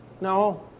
No